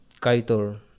kaitor